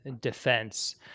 defense